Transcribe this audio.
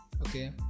okay